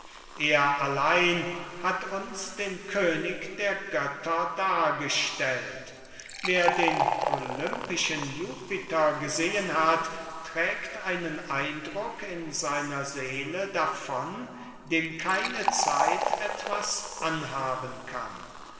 er allein hat uns den könig der götter dargestellt wer den olympischen jupiter gesehen hat trägt einen eindruck in seiner seele davon dem keine zeit etwas anhaben kann